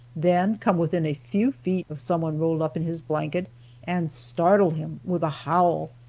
then come within a few feet of some one rolled up in his blanket and startle him with a howl.